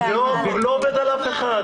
אני לא עובד על אף אחד.